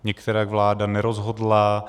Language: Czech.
Nikterak vláda nerozhodla.